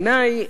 בעיני,